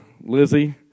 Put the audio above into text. Lizzie